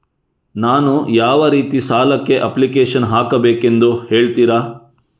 ನಾನು ಯಾವ ರೀತಿ ಸಾಲಕ್ಕೆ ಅಪ್ಲಿಕೇಶನ್ ಹಾಕಬೇಕೆಂದು ಹೇಳ್ತಿರಾ?